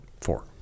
Four